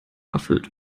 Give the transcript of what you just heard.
erfüllt